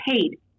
paid